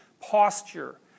posture